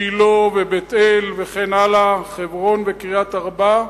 שילה ובית-אל וכן הלאה, חברון וקריית-ארבע,